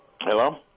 Hello